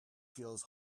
feels